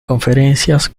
conferencias